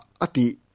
ati